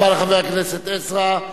תודה רבה לחבר הכנסת עזרא.